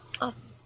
Awesome